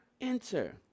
enter